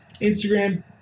Instagram